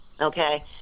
Okay